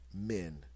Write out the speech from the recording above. men